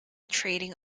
trading